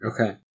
Okay